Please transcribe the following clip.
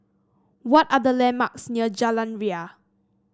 what are the landmarks near Jalan Ria